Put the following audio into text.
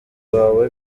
wawe